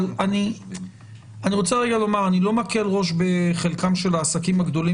אני לא מקל ראש בחלקם של העסקים הגדולים